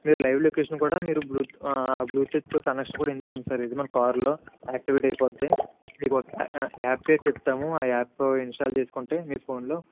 మీరు live location కూడా మీరు బ్లూ ఆ బ్లూటూత్ కనెక్షన్ కూడా ఇందులో ఉంది సార్ ఇది మన కార్లో యాక్టీవేట్ అయిపోతుంది మీకు ఒక యా యాప్ పేరు చెప్తాము ఆ యాప్ ఇన్స్టాల్ చేసుకుంటే మీ ఫోన్లో